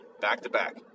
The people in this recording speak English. back-to-back